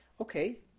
okay